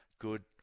good